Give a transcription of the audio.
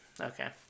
okay